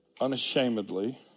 unashamedly